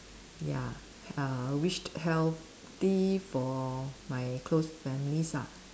ya uh wish healthy for my close families ah